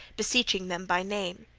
beseeching them by name.